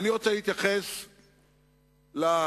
אני רוצה להתייחס ל"בלוף"